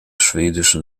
schwedischen